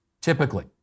Typically